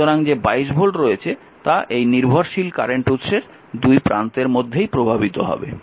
সুতরাং যে 22 ভোল্ট রয়েছে তা এই নির্ভরশীল কারেন্ট উৎসের দুই প্রান্তের মধ্যে প্রভাবিত হবে